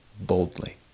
boldly